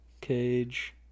Cage